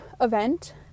event